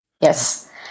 Yes